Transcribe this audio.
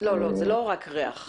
לא, זה לא רק ריח.